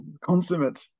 consummate